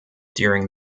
during